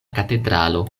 katedralo